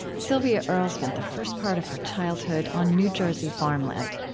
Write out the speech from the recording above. sylvia earle spent the first part of her childhood on new jersey farmland.